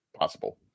possible